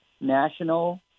national